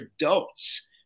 adults